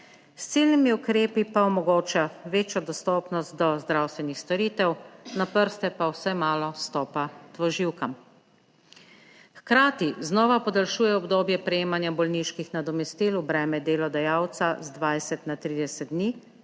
S ciljnimi ukrepi pa omogoča večjo dostopnost do zdravstvenih storitev, na prste pa vsaj malo stopa dvoživkam. Hkrati znova podaljšuje obdobje prejemanja bolniških nadomestil v breme delodajalca z 20 na 30 dni